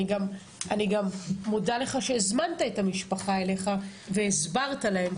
אני גם מודה לך שהזמנת את המשפחה אליך והסברת להם,